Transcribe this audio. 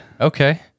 Okay